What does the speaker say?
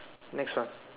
next one